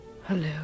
Hello